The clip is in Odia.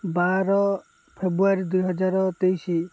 ବାର ଫେବୃଆରୀ ଦୁଇହଜାର ତେଇଶ